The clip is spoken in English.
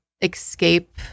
escape